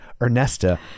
Ernesta